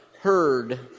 heard